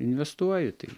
investuoju į tai